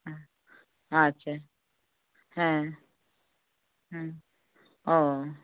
হুম আচ্ছা হ্যাঁ হুম ও